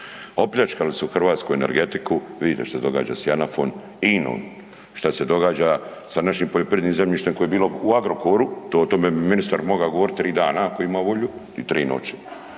opljačkali su hrvatsku energetiku, vidite što se događa s JANAF-om, INU šta se događa sa našim poljoprivrednim zemljištem koje je bilo u Agrokoru. O tome bi ministar mogao govoriti 3 dana ako ima volju i 3 noći.